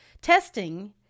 Testing